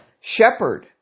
shepherd